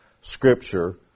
Scripture